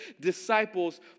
disciples